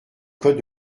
code